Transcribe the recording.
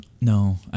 No